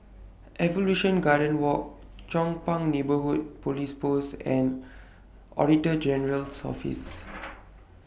Evolution Garden Walk Chong Pang Neighbourhood Police Post and Auditor General's Office